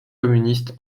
communiste